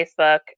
facebook